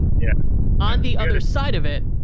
yeah on the other side of it,